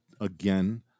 again